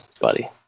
buddy